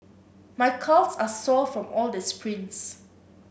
my calves are sore from all the sprints